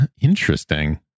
interesting